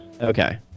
Okay